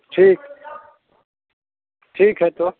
ठीक ठीक है तो